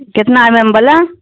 کتنا M M والا